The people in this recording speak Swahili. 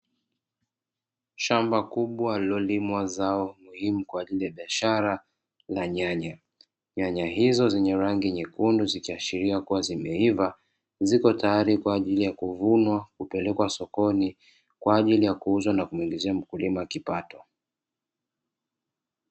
Shamba kubwa, lililolimwa zao muhimu kwa ajili ya bishara la nyaya. Nyanya hizo zenye rangi nyekundu zikiashiria kuwa zimeiva, ziko tayari kwa ajili ya kuvunwa kupelekwa sokoni kwa ajili ya kuuzwa na kumuingizia mkulima kipato.